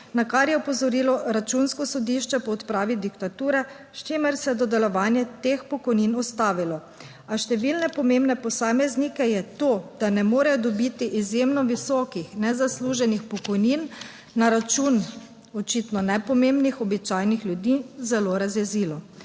na kar je opozorilo Računsko sodišče po odpravi diktature, s čimer se je dodeljevanje teh pokojnin ustavilo. A številne pomembne posameznike je to, da ne morejo dobiti izjemno visokih nezasluženih pokojnin na račun očitno nepomembnih običajnih ljudi zelo razjezilo